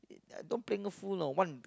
I don't play a fool you know one